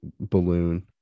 balloon